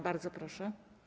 Bardzo proszę.